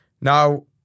Now